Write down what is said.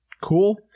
cool